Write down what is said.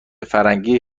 فرنگی